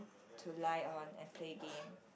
to lie on and play game